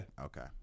Okay